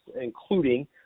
including